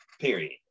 Period